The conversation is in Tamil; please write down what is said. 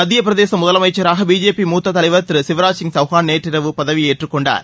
மத்தியப்பிரதேச பிரதேச முதலமைச்சராக பி ஜே பி மூத்த தலைவர் திரு சிவராஜ் சிங் சவுகான் நேற்றிரவு பதவியேற்றுக் கொண்டார்